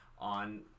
on